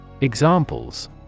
Examples